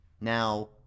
Now